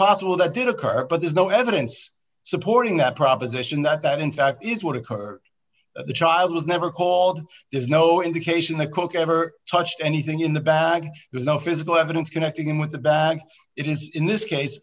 possible that did occur but there's no evidence supporting that proposition that that in fact is what occurred the child was never called there's no indication the coke ever touched anything in the bag there's no physical evidence connecting him with the bag it is in this case